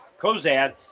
Kozad